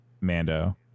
mando